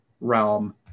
realm